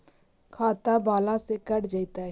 खाता बाला से कट जयतैय?